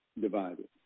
divided